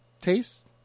taste